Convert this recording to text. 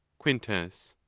quintus.